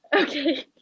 Okay